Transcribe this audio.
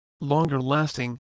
longer-lasting